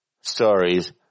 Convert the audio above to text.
stories